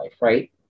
right